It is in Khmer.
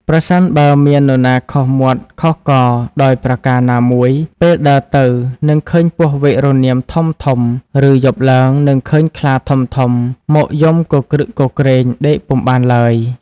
ប្រសិនបើមាននរណាខុសមាត់ខុសករដោយប្រការណាមួយ ពេលដើរទៅ នឹងឃើញពស់វែករនាមធំៗ ឫយប់ឡើងនឹងឃើញខ្លាធំៗ មកយំគគ្រឹកគគ្រេងដេកពុំបានឡើយ។